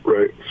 Right